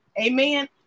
amen